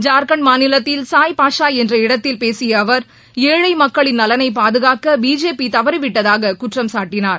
ஜார்க்கண்ட் மாநிலத்தில் சாய் பாஷா என்ற இடத்தில் பேசிய அவர் ஏழை மக்களின் நலனை பாதுக்காக பிஜேபி தவறிவிட்டதாக குற்றம் சாட்டினார்